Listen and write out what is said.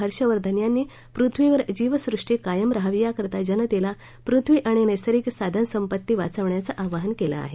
हर्षवर्धन यांनी पृथ्वीवर जीवसृष्टी कायम रहावी याकरता जनतेला पृथ्वी आणि नस्तिर्गिक साधन संपत्ती वाचवण्याचं आवाहन केलं आहे